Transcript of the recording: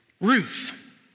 Ruth